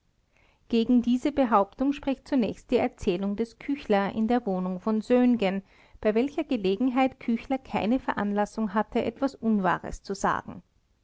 gegen diese behauptung spricht zunächst die erzählung des küchler in der wohnung von söhngen bei welcher gelegenheit küchler keine veranlassung hatte etwas unwahres zu sagen